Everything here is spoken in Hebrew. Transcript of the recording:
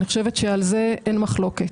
על זה אין מחלוקת.